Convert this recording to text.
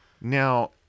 Now